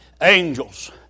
Angels